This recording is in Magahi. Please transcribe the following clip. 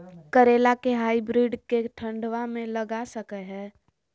करेला के हाइब्रिड के ठंडवा मे लगा सकय हैय?